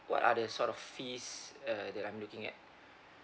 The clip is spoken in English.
what are the sort of fees uh that I'm looking at